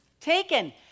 taken